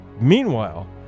Meanwhile